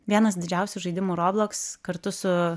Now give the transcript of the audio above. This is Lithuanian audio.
vienas didžiausių žaidimo robloks kartu su